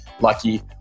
lucky